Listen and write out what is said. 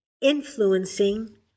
influencing